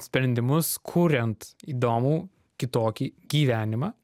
sprendimus kuriant įdomų kitokį gyvenimą